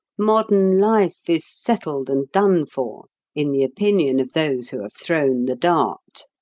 modern life is settled and done for in the opinion of those who have thrown the dart.